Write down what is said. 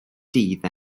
dydd